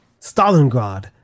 Stalingrad